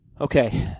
Okay